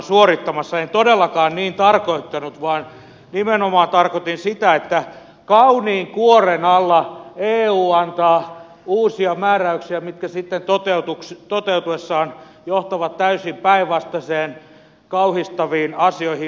en todellakaan niin tarkoittanut vaan nimenomaan tarkoitin sitä että kauniin kuoren alla eu antaa uusia määräyksiä mitkä sitten toteutuessaan johtavat täysin päinvastaisiin kauhistaviin asioihin